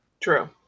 True